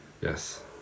Yes